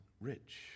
rich